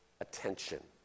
attention